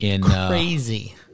Crazy